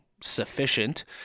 sufficient